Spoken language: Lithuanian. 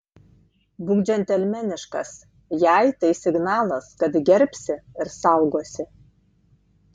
būk džentelmeniškas jai tai signalas kad gerbsi ir saugosi